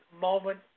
moment